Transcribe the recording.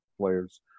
players